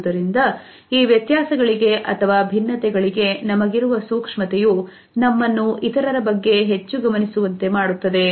ಆದುದರಿಂದ ಈ ವ್ಯತ್ಯಾಸಗಳಿಗೆ ಅಥವಾ ಭಿನ್ನತೆಗಳಿಗೆ ನಮಗಿರುವ ಸೂಕ್ಷ್ಮತೆಯು ನಮ್ಮನ್ನು ಇತರರ ಬಗ್ಗೆ ಹೆಚ್ಚು ಗಮನಿಸುವಂತೆ ಮಾಡುತ್ತದೆ